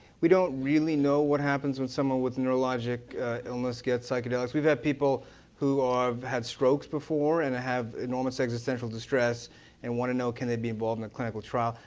we don't really know what happens when people with neurologic illness get psychedelics. we've had people who ah have had strokes before and have enormous existential distress and want to know can they be involved in the clinical trial.